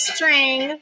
String